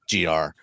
GR